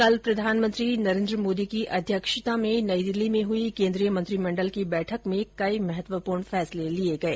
कल प्रधानमंत्री नरेन्द्र मोदी की अध्यक्षता में नई दिल्ली में हई केन्द्रीय मंत्रिमंडल की बैठक में कई महत्वपूर्ण फैसले लिये गये